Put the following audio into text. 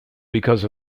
because